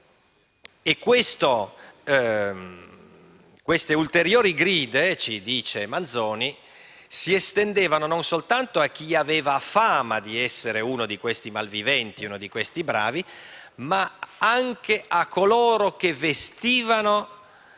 Queste ulteriori gride, ci dice Manzoni, si estendevano non soltanto a chi aveva fama di essere uno di questi malviventi, uno di questi bravi, ma anche a coloro che vestivano